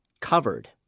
covered